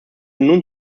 nun